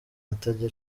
atajya